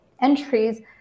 entries